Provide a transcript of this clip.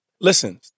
listen